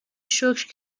شکر